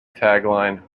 tagline